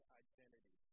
identity